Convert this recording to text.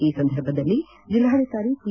ಈ ಸಂದರ್ಭದಲ್ಲಿ ಜಿಲ್ಲಾಧಿಕಾರಿ ಪಿ